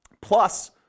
plus